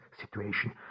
situation